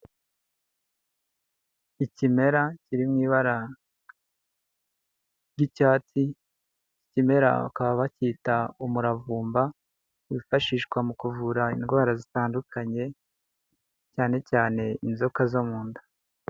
Ikimera kiri mu ibara ry'icyatsi, iki kimera bakaba bacyita umuravumba, wifashishwa mu kuvura indwara zitandukanye cyane cyane inzoka zo mu nda.